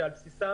על בסיסם